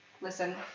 Listen